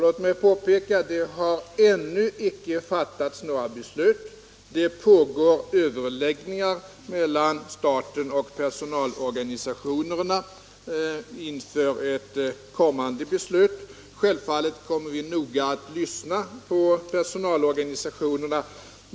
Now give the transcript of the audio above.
Låt mig påpeka att det ännu inte har fattats några beslut. Det pågår överläggningar mellan staten och personalorganisationerna inför kommande beslut. Självfallet kommer vi att uppmärksamt lyssna på personalorganisationerna.